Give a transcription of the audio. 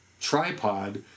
tripod